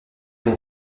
ont